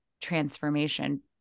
transformation